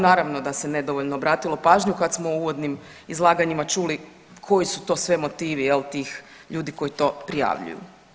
Naravno da se nedovoljno obratilo pažnju kad smo u uvodnim izlaganjima čuli koji su to sve motivi jel tih ljudi koji to prijavljuju.